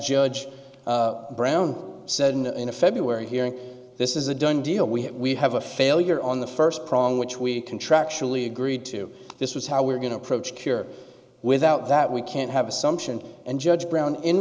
judge brown said in a february hearing this is a done deal we have a failure on the first prong which we contractually agreed to this was how we're going to approach cure without that we can't have assumption and judge brown in